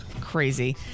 Crazy